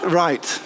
right